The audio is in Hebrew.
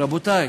רבותי,